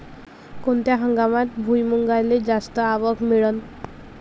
कोनत्या हंगामात भुईमुंगाले जास्त आवक मिळन?